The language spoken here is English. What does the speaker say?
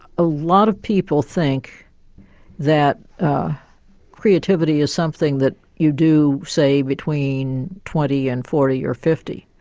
a lot of people think that creativity is something that you do, say, between twenty and forty or fifty.